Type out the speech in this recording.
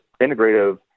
integrative